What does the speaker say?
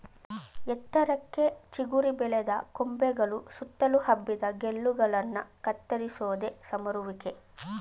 ಎತ್ತರಕ್ಕೆ ಚಿಗುರಿ ಬೆಳೆದ ಕೊಂಬೆಗಳು ಸುತ್ತಲು ಹಬ್ಬಿದ ಗೆಲ್ಲುಗಳನ್ನ ಕತ್ತರಿಸೋದೆ ಸಮರುವಿಕೆ